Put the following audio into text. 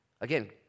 again